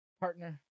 partner